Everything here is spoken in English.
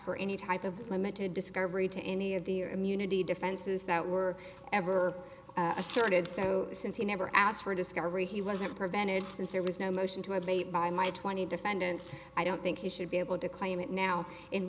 for any type of limited discovery to any of the or immunity defenses that were ever asserted so since he never asked for discovery he wasn't prevented since there was no motion to abate by my twenty defendants i don't think he should be able to claim it now